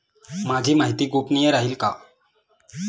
माझी माहिती गोपनीय राहील का?